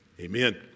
Amen